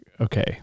okay